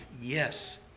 yes